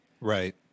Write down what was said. Right